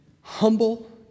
humble